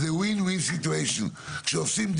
זה מצב של ניצחון ורווח לשני הצדדים.